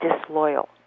disloyal